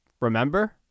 remember